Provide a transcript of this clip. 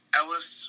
Ellis